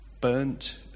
burnt